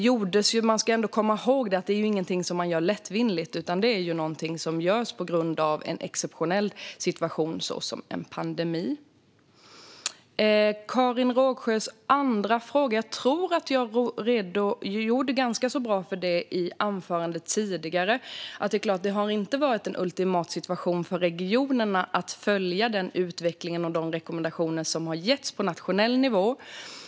Man ska dock komma ihåg att detta inte är något man gör lättvindigt, utan det är något som görs på grund av en exceptionell situation såsom en pandemi. När det gäller Karin Rågsjös andra fråga tror jag att jag redogjorde ganska bra för detta i mitt anförande tidigare. Det har inte varit en optimal situation för regionerna när det gäller att följa utvecklingen och de rekommendationer som har getts på nationell nivå.